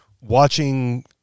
watching